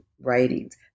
writings